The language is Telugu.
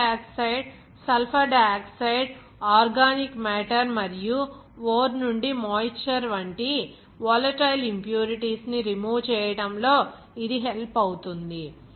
carbon dioxide sulphur dioxide organic matter మరియు ఓర్ నుండి మాయిశ్చర్ వంటి వోలటైల్ ఇంప్యూరిటీస్ ను రిమూవ్ చేయడం లో ఇది హెల్ప్ అవుతుంది